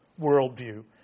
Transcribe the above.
worldview